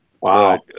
Wow